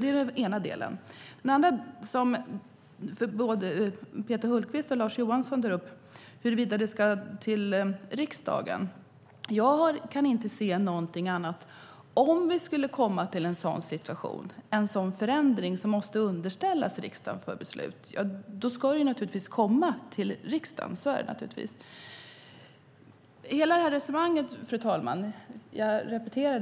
Det är den ena delen. Den andra delen, som både Peter Hultqvist och Lars Johansson tar upp, gäller huruvida det ska behandlas av riksdagen. Jag kan inte se någonting annat. Om vi skulle komma till en sådan situation, en sådan förändring som måste underställas riksdagen för beslut, då ska det naturligtvis komma till riksdagen. Hela resonemanget, fru talman, visar som jag